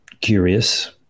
curious